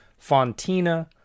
Fontina